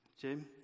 Jim